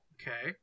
Okay